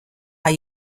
are